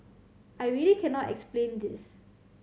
I really cannot explain this